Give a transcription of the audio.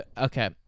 Okay